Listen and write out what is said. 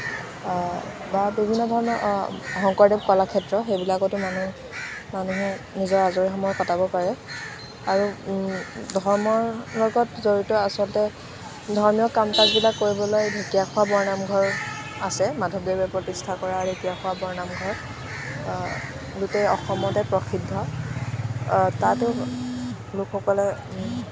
বা বিভিন্ন ধৰণৰ শংকৰদেৱ কলাক্ষেত্ৰ সেইবিলাকতো মানুহ মানুহে নিজৰ আজৰি সময় কটাব পাৰে আৰু ধৰ্মৰ লগত জড়িত আচলতে ধৰ্মীয় কাম কাজবিলাক কৰিবলৈ ঢেকীয়াখোৱা বৰনামঘৰ আছে মাধৱদেৱে প্ৰতিস্থা কৰা ঢেকীয়াখোৱা বৰনামঘৰ গোটেই অসমতে প্ৰসিদ্ধ তাতো লোকসকলে